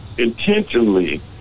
intentionally